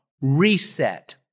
reset